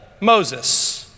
Moses